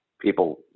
people